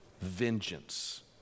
vengeance